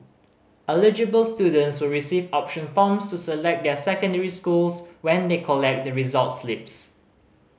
eligible students will receive option forms to select their secondary schools when they collect the results slips